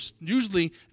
usually